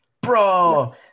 Bro